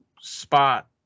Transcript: spot